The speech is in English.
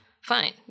Fine